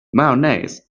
mayonnaise